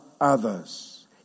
Others